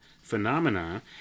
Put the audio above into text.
phenomena